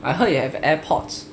I heard you have airpods